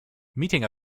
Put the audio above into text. meeting